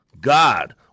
God